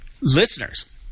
listeners